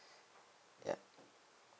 ya